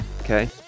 okay